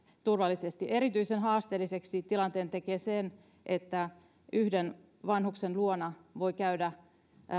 turvallisesti erityisen haasteelliseksi tilanteen tekee se että yhden vanhuksen luona voi käydä